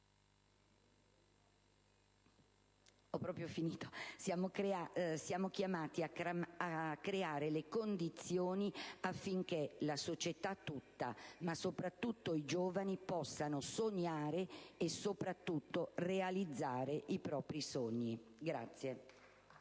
italiani, siamo chiamati a creare le condizioni affinché la società tutta, ma soprattutto i giovani possano sognare e soprattutto realizzare i propri sogni. *(Applausi